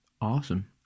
Awesome